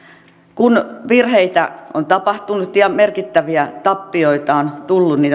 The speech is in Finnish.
kun virheitä on tapahtunut ja merkittäviä tappioita on tullut niin